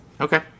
Okay